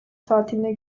tatiline